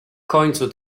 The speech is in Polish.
końcu